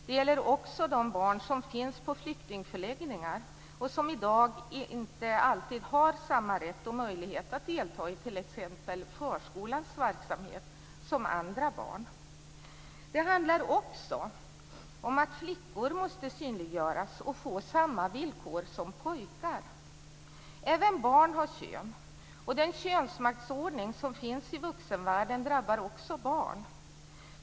Det gäller också de barn som finns på flyktingförläggningar och som i dag inte alltid har samma rätt och möjlighet att delta i t.ex. Det handlar också om att flickor måste synliggöras och få samma villkor som pojkar. Även barn har kön. Den könsmaktsordning som finns i vuxenvärlden drabbar också barn.